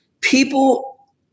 People